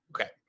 Okay